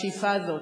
השאיפה הזו,